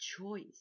choice